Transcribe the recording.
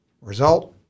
Result